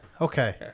Okay